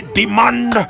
demand